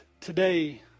today